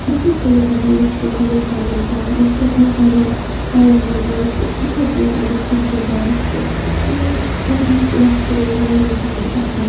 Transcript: بہٕ چھَس تٔمِس دَپان یِتھ پٲٹھۍ مےٚ پَنُن پان یِتھ پٲٹھۍ مےٚ پَنُن ٹایم گُزور تہٕ تِتھٔے پٲٹھۍ اَگر ژٕ تہِ گُزارَکھ تہٕ چٲنۍ پَرنٕچ وَتھ روزِ واریاہ زیادٕ اصٕل